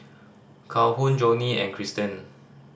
Calhoun Joni and Kristen